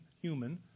human